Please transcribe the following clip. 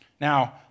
Now